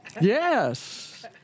Yes